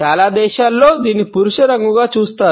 చాలా దేశాలలో దీనిని పురుష రంగుగా చూస్తారు